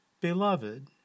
Beloved